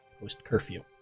post-curfew